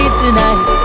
tonight